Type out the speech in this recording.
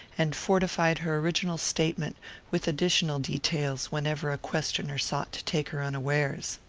and fortified her original statement with additional details whenever a questioner sought to take her unawares.